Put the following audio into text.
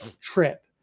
trip